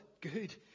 Good